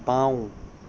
বাওঁ